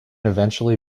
eventually